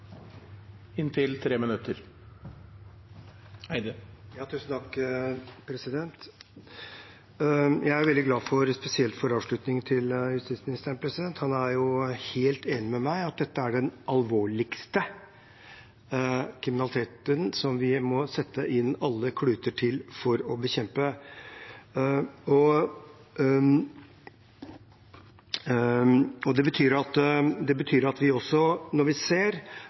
veldig glad for spesielt avslutningen til justisministeren. Han er helt enig med meg i at dette er den alvorligste kriminaliteten, som vi må sette alle kluter til for å bekjempe. Det betyr at når vi ser at politiet faktisk ikke greier å levere på denne omstillingen som vi er helt nødt til, vil jeg holde fast ved at vi